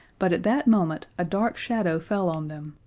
but at that moment a dark shadow fell on them,